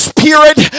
Spirit